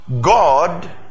God